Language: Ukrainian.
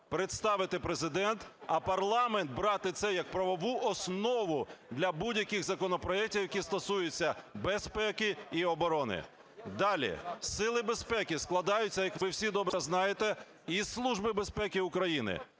представити Президент, а парламент брати це як правову основу для будь-яких законопроектів, які стосуються безпеки і оборони. Далі. Сили безпеки складаються, як ви всі добре знаєте, із Служби безпеки України.